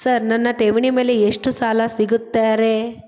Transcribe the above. Sir ನನ್ನ ಠೇವಣಿ ಮೇಲೆ ಎಷ್ಟು ಸಾಲ ಸಿಗುತ್ತೆ ರೇ?